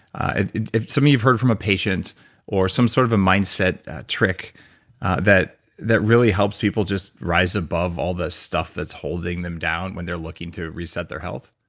and you've heard from a patient or some sort of a mindset trick that that really helps people just rise above all the stuff that's holding them down when they're looking to reset their health